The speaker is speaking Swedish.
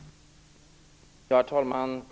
Så är det.